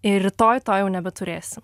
ir rytoj to jau nebeturėsim